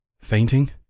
Fainting